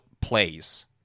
plays